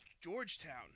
Georgetown